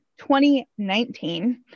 2019